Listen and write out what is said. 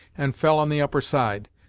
and fell on the upper side.